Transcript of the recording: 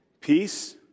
peace